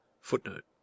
Footnote